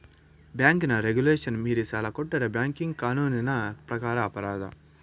ಬ್ಯಾಂಕಿನ ರೆಗುಲೇಶನ್ ಮೀರಿ ಸಾಲ ಕೊಟ್ಟರೆ ಬ್ಯಾಂಕಿಂಗ್ ಕಾನೂನಿನ ಪ್ರಕಾರ ಅಪರಾಧ